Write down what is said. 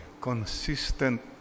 consistent